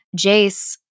Jace